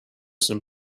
system